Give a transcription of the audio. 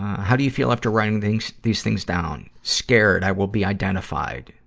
how do you feel after writing things, these things down? scared i will be identified.